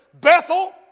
Bethel